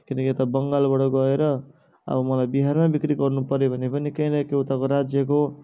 किनकि यो त बङ्गालबाट गएर अब मलाई बिहारमा बिक्री गर्नु पर्यो भने पनि केही न केही उताको राज्यको